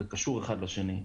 זה קשור אחד לשני.